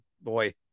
boy